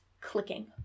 clicking